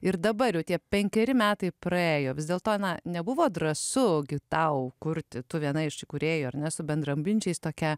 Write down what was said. ir dabar tie penkeri metai praėjo vis dėlto ana nebuvo drąsu gi tau kurti tu viena iš įkūrėjų ar ne su bendraminčiais tokia